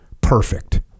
perfect